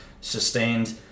sustained